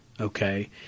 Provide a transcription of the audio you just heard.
okay